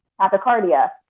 tachycardia